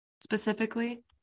specifically